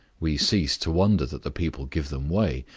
we cease to wonder that the people give them way,